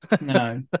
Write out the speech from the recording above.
No